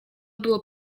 było